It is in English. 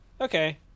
Okay